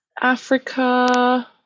Africa